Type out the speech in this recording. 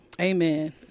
Amen